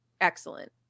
excellent